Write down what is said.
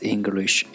English